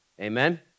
Amen